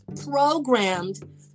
programmed